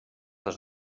les